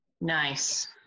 Nice